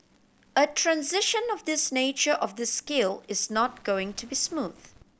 a transition of this nature of this scale is not going to be smooth